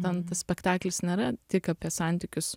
ten tas spektaklis nėra tik apie santykius